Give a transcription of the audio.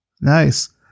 Nice